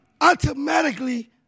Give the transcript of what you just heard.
automatically